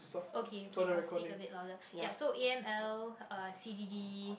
okay okay I'll speak a bit louder so ya a_m_l_c_d_d